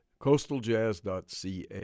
Coastaljazz.ca